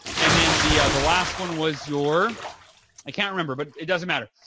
and then the the last one was your i can't remember but it doesn't matter.